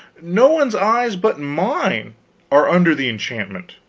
no one's eyes but mine are under the enchantment,